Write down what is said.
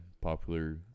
popular